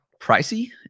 pricey